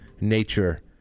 nature